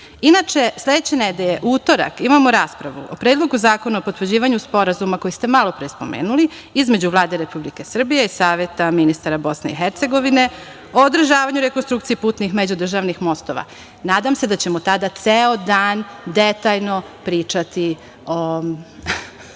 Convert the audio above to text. tema. Inače, sledeće nedelje u utorak imamo raspravu o Predlogu zakona o potvrđivanju sporazuma, koji ste malo pre spomenuli, između Vlade Republike Srbije i Saveta ministara BiH, o održavanju rekonstrukcije putnih, međudržavnih mostova. Nadam se da ćemo tada ceo dan detaljno pričati o